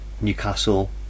Newcastle